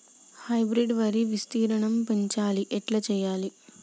Hybrid వరి విస్తీర్ణం పెంచాలి ఎట్ల చెయ్యాలి?